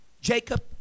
Jacob